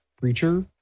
preacher